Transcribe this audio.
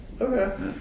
okay